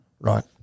Right